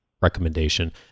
recommendation